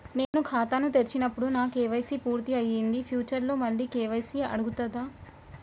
నేను ఖాతాను తెరిచినప్పుడు నా కే.వై.సీ పూర్తి అయ్యింది ఫ్యూచర్ లో మళ్ళీ కే.వై.సీ అడుగుతదా?